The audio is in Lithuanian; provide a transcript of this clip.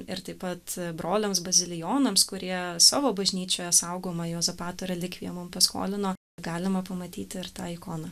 ir taip pat broliams bazilijonams kurie savo bažnyčioje saugomą juozapato relikviją mum paskolino galima pamatyti ir tą ikoną